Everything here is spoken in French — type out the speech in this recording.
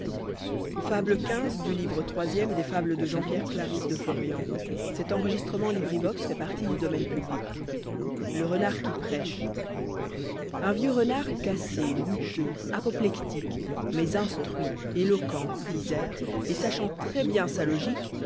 xv le renard qui prêche u n vieux renard cassé goutteux apoplectique mais rnstruit éloquent disert etsachant très bien sa logique